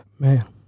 Man